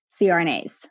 CRNAs